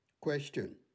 Question